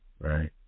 right